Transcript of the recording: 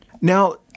Now